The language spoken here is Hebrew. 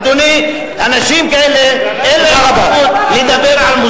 אדוני, אנשים כאלה, אין להם זכות לדבר על מוסר.